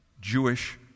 Jewish